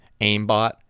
aimbot